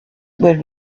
were